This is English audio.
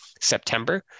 September